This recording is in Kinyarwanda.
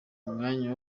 umwanya